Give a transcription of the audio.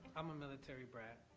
i'm a military brat,